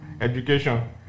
education